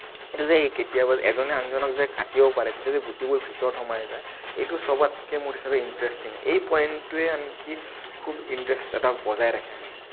এইটো যে কেতিয়াবা যে এজনে আনজনক যে কাটিব পাৰে তেতিয়া যে গুটিবোৰ ভিতৰত সোমাই যায় এইটো সবতকে মোৰ হিচাপত ইনটাৰেষ্টিং এই পইণ্টটোয়েই আনকি খুব ইণ্টাৰেষ্ট এটা বজাই ৰাখে মানে